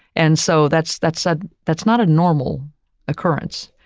and so, that's, that said, that's not a normal occurrence.